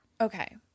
Okay